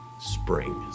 spring